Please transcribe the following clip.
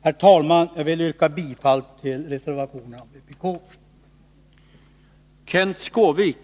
Herr talman! Jag vill yrka bifall till reservationerna av vpk.